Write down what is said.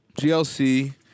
GLC